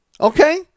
Okay